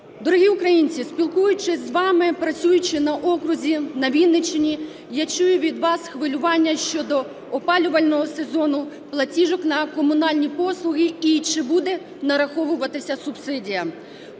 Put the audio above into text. Дорогі українці, спілкуючись з вами, працюючи на окрузі на Вінниччині, я чую від вас хвилювання щодо опалювального сезону, платіжок на комунальні послуги і чи буде нараховуватися субсидія.